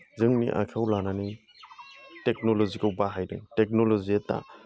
जोंनि आखाइआव लानानै टेकन'ल'जिखौ बाहायदों टेकन'ल'जिया दा